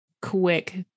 quick